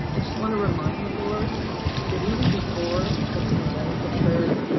i just wanna remind the board that even before the pandemic occurred,